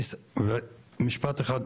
משפט אחד,